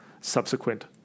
subsequent